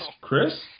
Chris